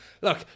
Look